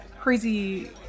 crazy